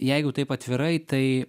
jeigu taip atvirai tai